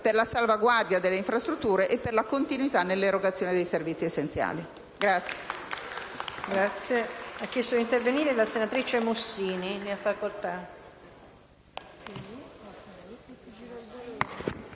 per la salvaguardia delle infrastrutture e per la continuità nell'erogazione dei servizi essenziali.